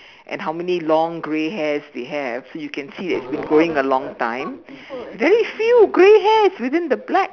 and how many long grey hairs they have you can see that it has been growing a long time very few grey hairs within the black